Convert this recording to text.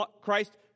Christ